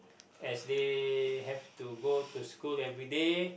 as they have to go to school everyday